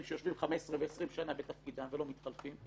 שיושבים 15 ו-20 שנה בתפקידם ולא מתחלפים,